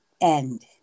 end